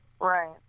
right